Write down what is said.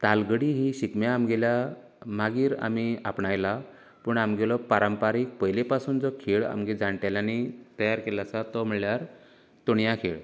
तालगडी ही शिगम्या आमगेल्या मागीर आमी आपणायलां पूण आमगेलो पारंपारीक पयलीं पासून जो खेळ आमगेल्या जाणटेल्यांनी तयार केल्लो आसा तो म्हळ्यार तोणयां खेळ